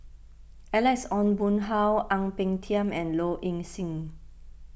Alex Ong Boon Hau Ang Peng Tiam and Low Ing Sing